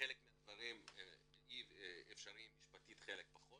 חלק מהדברים אפשריים משפטית חלק פחות